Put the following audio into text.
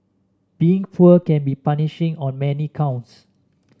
being poor can be punishing on many counts